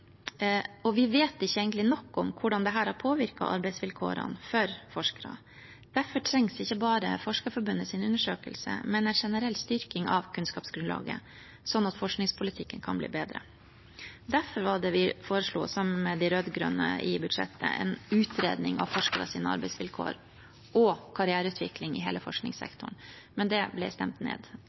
og vi vet egentlig ikke nok om hvordan dette har påvirket arbeidsvilkårene for forskerne. Derfor trengs ikke bare Forskerforbundets undersøkelse, men en generell styrking av kunnskapsgrunnlaget, sånn at forskningspolitikken kan bli bedre. Derfor var det vi, sammen med de rød-grønne, i budsjettet foreslo en utredning av forskernes arbeidsvilkår og karriereutvikling i hele forskningssektoren. Men det ble stemt ned.